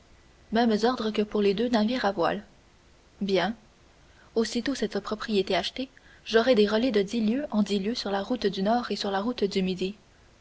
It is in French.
même ordres que pour les deux navires à voiles bien aussitôt cette propriété achetée j'aurai des relais de dix lieues en dix lieues sur la route du nord et sur la route du midi